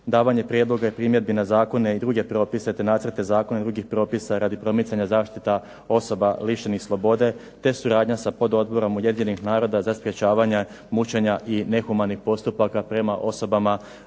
davanje prijedloga primjedba na zakone te druge propise, te nacrte i zakone drugih propisa radi promicanja zaštita osoba lišenih sloboda, te suradnja sa pododborom Ujedinjenih naroda za sprečavanje mučenja i nehumanih postupaka prema osobama